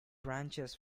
branches